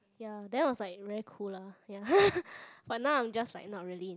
ya then I was like very cool lah ya but now I am just like not really